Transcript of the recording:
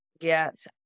Yes